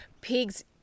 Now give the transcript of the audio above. Pigs